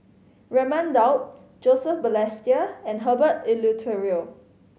Raman Daud Joseph Balestier and Herbert Eleuterio